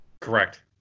Correct